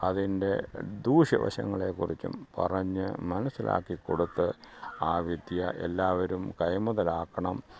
അതിന്റെ ദൂഷ്യവശങ്ങളെ കുറിച്ചും പറഞ്ഞ് മനസ്സിലാക്കി കൊടുത്ത് ആ വിദ്യ എല്ലാവരും കൈമുതലാക്കണം